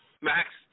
Max